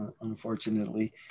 unfortunately